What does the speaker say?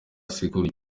sekuru